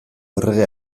errege